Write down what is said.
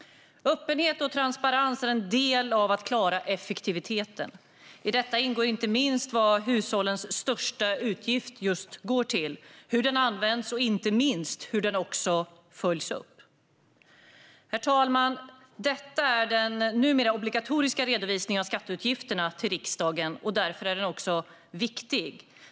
Öppenhet och transparens är en del av att klara effektiviteten. I detta ingår inte minst vad hushållens största utgift går till, hur den används och inte minst hur den också följs upp. Herr talman! Detta är den numera obligatoriska redovisningen av skatteutgifterna till riksdagen, och därför är den också viktig.